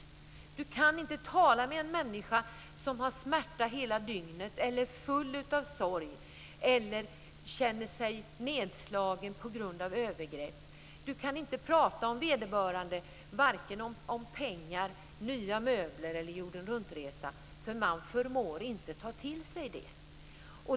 Man kan inte tala med en människa som har smärta hela dygnet, är full av sorg eller känner sig nedslagen på grund av övergrepp, om pengar, nya möbler eller jorden-runt-resor. De förmår inte ta till sig det.